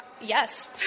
Yes